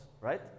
right